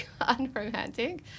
unromantic